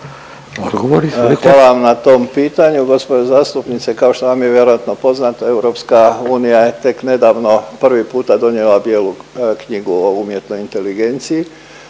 Hvala vam na tom pitanju gđo. zastupnice kao što vam je vjerojatno poznato, EU je tek nedavno prvi puta donijela bijelu knjigu o umjetnoj inteligenciji,